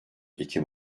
ekim